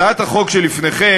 הצעת החוק שלפניכם,